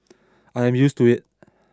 I'm used to it